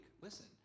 Listen